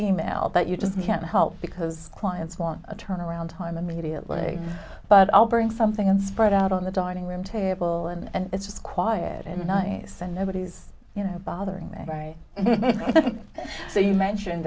e mail that you just can't help because clients want a turnaround time immediately but i'll bring something and spread out on the dining room table and it's quiet and nice and nobody's you know bothering me right so you mentioned